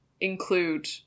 include